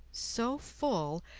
so full,